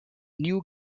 new